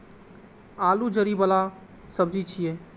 आलू जड़ि बला सब्जी छियै